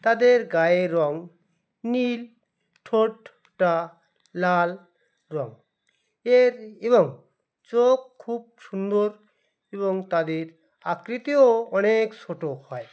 তাদের গায়ের রঙ নীল ঠোঁটটা লাল রঙ এর এবং চোখ খুব সুন্দর এবং তাদের আকৃতিও অনেক ছোটো হয়